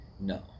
no